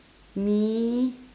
me